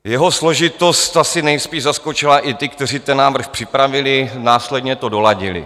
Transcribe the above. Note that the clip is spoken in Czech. Jeho složitost asi nejspíš zaskočila i ty, kteří ten návrh připravili, následně to doladili.